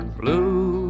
blue